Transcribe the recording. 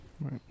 Right